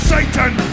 Satan